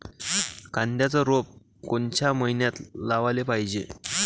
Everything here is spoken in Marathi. कांद्याचं रोप कोनच्या मइन्यात लावाले पायजे?